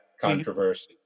controversy